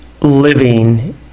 living